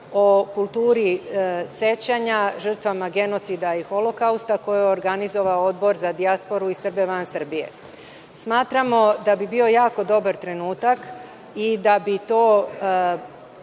o kulturi sećanja žrtvama genocida i holokausta koje je organizovao Odbor za dijasporu i Srbe van Srbije. Smatramo da bi bio jako dobar trenutak i da bi taj